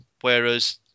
Whereas